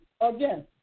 again